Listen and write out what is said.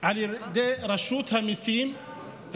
גם פורסמה על ידי רשות המיסים רשימה,